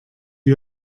you